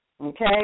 okay